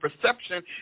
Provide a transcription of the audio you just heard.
perception